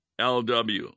LW